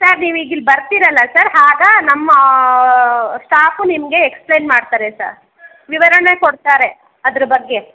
sir ನೀವೀಗಿಲ್ಲಿ ಬರ್ತೀರಲ್ಲ sir ಆಗ ನಮ್ಮ ಸ್ಟಾಫು ನಿಮಗೆ ಎಕ್ಸ್ಪ್ಲೇನ್ ಮಾಡ್ತಾರೆ ಸರ್ ವಿವರಣೆ ಕೊಡ್ತಾರೆ ಅದ್ರ ಬಗ್ಗೆ